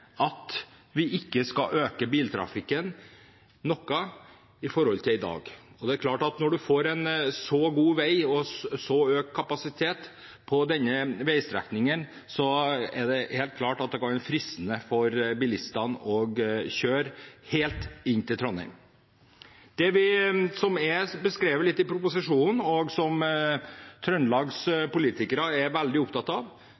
at vi ikke skal øke biltrafikken noe i forhold til i dag. Når man får en så god vei og økt kapasitet på denne veistrekningen, kan det helt klart være fristende for bilistene å kjøre helt inn til Trondheim. Det som er beskrevet litt i proposisjonen, og som politikerne i Trøndelag er veldig opptatt av,